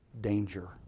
danger